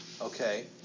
okay